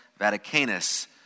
Vaticanus